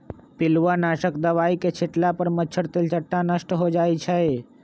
पिलुआ नाशक दवाई के छिट्ला पर मच्छर, तेलट्टा नष्ट हो जाइ छइ